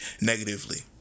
negatively